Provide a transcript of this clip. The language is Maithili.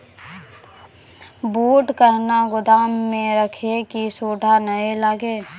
बूट कहना गोदाम मे रखिए की सुंडा नए लागे?